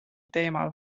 teemal